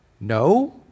No